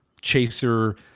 chaser